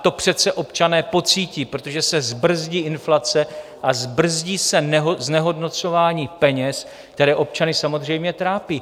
To přece občané pocítí, protože se zbrzdí inflace a zbrzdí se znehodnocování peněz, které občany samozřejmě trápí.